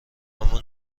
اما